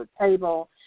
table